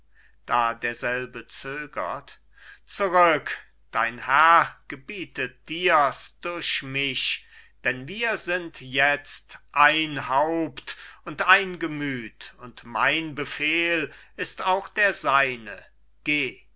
da derselbe zögert zurück dein herr gebietet dir's durch mich denn wir sind jetzt ein haupt und ein gemüth und mein befehl ist auch der seine geh